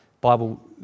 Bible